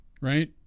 right